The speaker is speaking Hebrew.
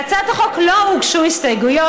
להצעת החוק לא הוגשו הסתייגויות,